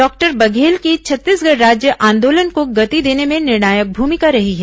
doctor Baghel की छत्तीसगढ़ राज्य आंदोलन को गति देने में निर्णायक भूमिका रही है